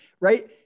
right